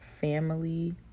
family